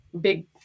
Big